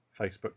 Facebook